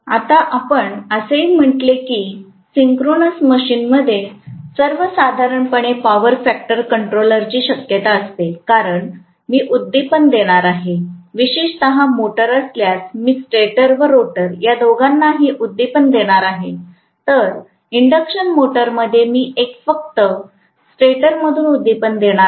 आता आपण असेही म्हटले आहे की सिंक्रोनस मशीनमध्ये सर्वसाधारणपणे पॉवर फॅक्टर कंट्रोलची शक्यता असते कारण मी उददीपन देणार आहे विशेषत मोटार असल्यास मी स्टॅटर व रोटर या दोघांनाही उददीपन देणार आहे तर इंडक्शन मोटरमध्ये मी फक्त स्टेटरमधून उददीपन देणार आहे